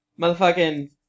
motherfucking